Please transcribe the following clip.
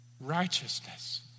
righteousness